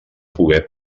pogué